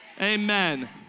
amen